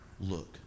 Look